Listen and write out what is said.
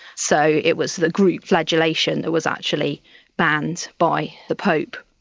so it was the group flagellation that was actually banned by the pope,